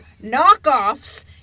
knockoffs